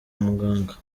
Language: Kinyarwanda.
muganga